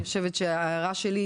אני חושבת שההערה שלי,